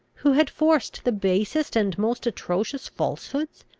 who had forced the basest and most atrocious falsehoods,